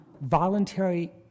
voluntary